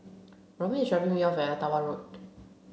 Romie is dropping me off at Ottawa Road